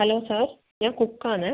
hello sir ഞാൻ കുക്കാണ്